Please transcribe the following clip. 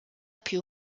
più